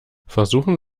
versuchen